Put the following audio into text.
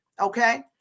Okay